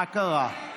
מה קרה?